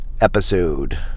episode